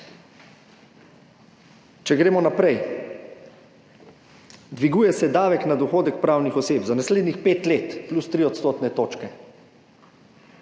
Če gremo naprej. Dviguje se davek na dohodek pravnih oseb za naslednjih pet let, plus 3 odstotne točke,